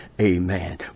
amen